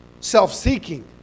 self-seeking